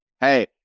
Hey